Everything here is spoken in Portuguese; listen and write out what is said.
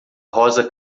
rosa